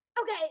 Okay